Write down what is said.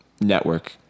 network